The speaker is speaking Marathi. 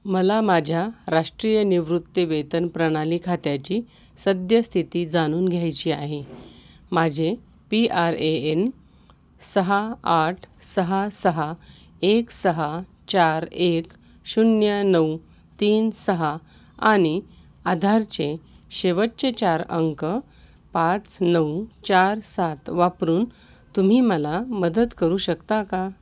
मला माझ्या राष्ट्रीय निवृत्ती वेतन प्रणाली खात्याची सद्यस्थिती जाणून घ्यायची आहे माझे पी आर ए एन सहा आठ सहा सहा एक सहा चार एक शून्य नऊ तीन सहा आनि आधारचे शेवटचे चार अंक पाच नऊ चार सात वापरून तुम्ही मला मदत करू शकता का